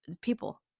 people